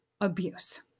abuse